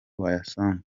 wayasanga